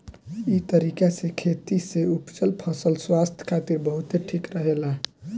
इ तरीका से खेती से उपजल फसल स्वास्थ्य खातिर बहुते ठीक रहेला